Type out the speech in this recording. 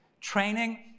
Training